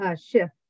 shift